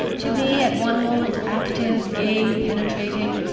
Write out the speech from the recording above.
to be at one moment active, gay, penetrating,